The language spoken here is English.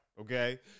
Okay